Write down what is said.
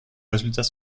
résultats